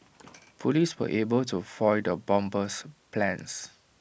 Police were able to foil the bomber's plans